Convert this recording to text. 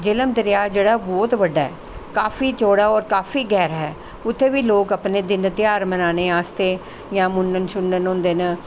झेलम दरिया जेह्ड़ा ओह् बौह्त बड्डा ऐ काफी चौड़ा ऐ होर काफी गैह्रा ऐ उत्थें बी लोग अपने दिन ध्यार मनाने आस्तै जां मुन्नन शुन्नन होंदे न